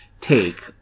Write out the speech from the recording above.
take